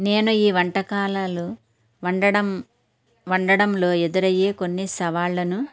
నేను ఈ వంటకాలలో వండటం వండటంలో ఎదురయ్యే కొన్ని సవాళ్ళను